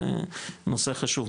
זה נושא חשוב,